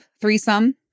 threesome